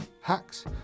hacks